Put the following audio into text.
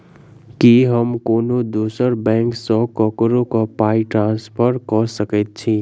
की हम कोनो दोसर बैंक सँ ककरो केँ पाई ट्रांसफर कर सकइत छि?